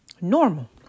Normal